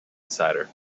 decider